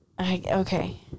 Okay